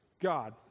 God